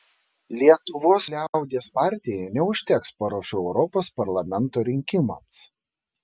lietuvos liaudies partijai neužteks parašų europos parlamento rinkimams